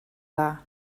dda